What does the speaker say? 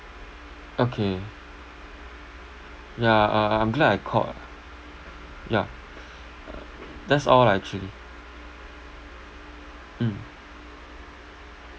okay yeah uh uh I'm glad I called ah yeah that's all ah actually mm